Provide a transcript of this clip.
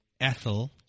Ethel